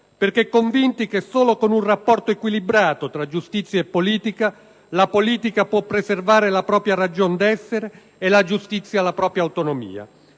perché convinti che solo con un rapporto equilibrato fra giustizia e politica la politica può preservare la propria ragion d'essere e la giustizia la propria autonomia.